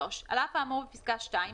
(3)על אף האמור בפסקה (2),